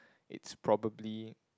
it's probably